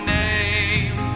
name